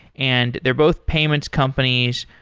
and they're both payments companies.